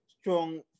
strong